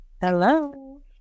Hello